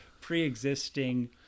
pre-existing